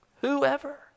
whoever